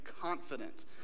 confident